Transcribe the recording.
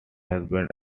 husband